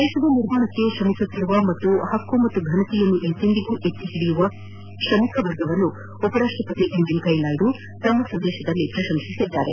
ದೇಶದ ನಿರ್ಮಾಣಕ್ಕೆ ಶ್ರಮಿಸುತ್ತಿರುವ ಹಾಗೂ ಪಕ್ಕು ಮತ್ತು ಘನತೆಯನ್ನು ಎಂದೆಂದಿಗೂ ಎತ್ತಿ ಹಿಡಿಯುವ ಶ್ರಮಿಕ ವರ್ಗವನ್ನು ಉಪರಾಷ್ಟಪತಿ ವೆಂಕಯ್ಯನಾಯ್ಡು ತಮ್ಮ ಸಂದೇಶದಲ್ಲಿ ಪ್ರಶಂಸಿಸಿದ್ದಾರೆ